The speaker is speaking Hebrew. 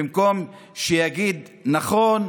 במקום שיגיד: נכון,